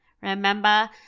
remember